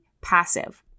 passive